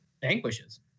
vanquishes